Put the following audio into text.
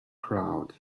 crowd